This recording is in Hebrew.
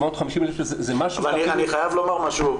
אני חייב לומר משהו,